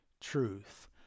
truth